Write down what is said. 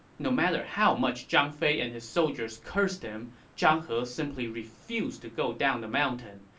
no matter how much zhang fei and his soldiers cursed him, zhang he simply refused to go down the mountain,